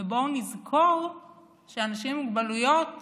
ובואו נזכור שאנשים עם מוגבלויות